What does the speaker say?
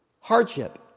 Hardship